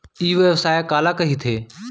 ई व्यवसाय काला कहिथे?